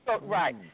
Right